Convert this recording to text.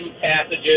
passages